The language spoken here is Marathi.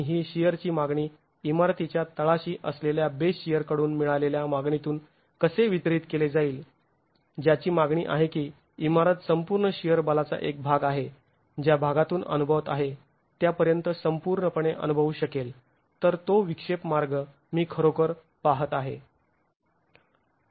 आणि ही शिअरची मागणी इमारतीच्या तळाशी असलेल्या बेस शिअर कडून मिळालेल्या मागणीतून कसे वितरित केले जाईल ज्याची मागणी आहे की इमारत संपूर्ण शिअर बलाचा एक भाग आहे ज्या भागातून अनुभवत आहे त्या पर्यंत संपूर्णपणे अनुभवू शकेल तर तो विक्षेप मार्ग मी खरोखर पाहत आहे